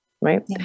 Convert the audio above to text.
right